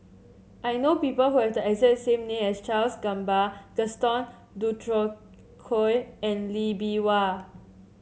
I know people who have the exact name as Charles Gamba Gaston Dutronquoy and Lee Bee Wah